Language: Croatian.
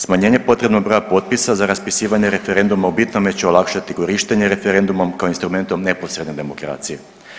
Smanjenje potrebnog broja potpisa za raspisivanje referenduma u bitnome će olakšati korištenje referendumom kao instrumentom neposredne demokracije.